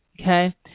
Okay